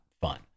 fun